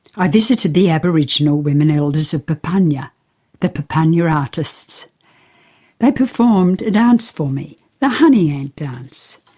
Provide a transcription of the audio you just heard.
i visited the aboriginal women elders of papunya the papunya artists they performed a dance for me the honey ant dance,